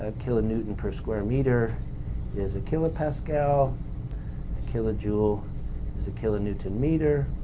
ah kilonewton per square meter is a kilopascal, a kilojoule is a kilonewton meter,